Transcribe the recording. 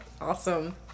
Awesome